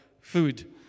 food